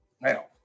Now